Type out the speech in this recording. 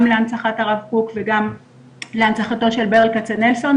גם להנצחת הרב קוק וגם להנצחתו של ברל כצנלסון,